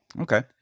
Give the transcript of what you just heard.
Okay